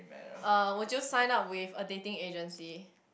uh would you sign up with a dating agency